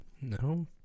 no